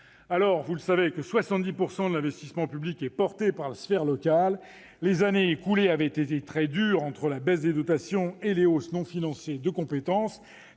Alors que 70 % de l'investissement public est porté par la sphère locale, les années écoulées avaient été très dures, entre la baisse des dotations et les hausses non financées de compétences.